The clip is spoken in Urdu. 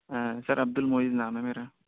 سر عبد المُعیض نام ہے میرا